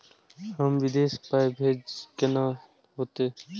हम विदेश पाय भेजब कैना होते?